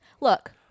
Look